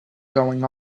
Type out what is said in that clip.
going